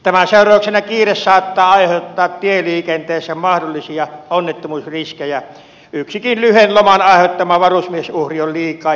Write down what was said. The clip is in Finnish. tämän seurauksena kiire saattaa aiheuttaa tieliikenteessä mahdollisia onnettomuusriskejä ja yksikin lyhyen loman aiheuttama varusmiesuhri on liikaa